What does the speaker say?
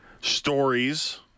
stories